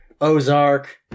Ozark